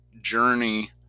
journey